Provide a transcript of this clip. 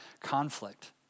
conflict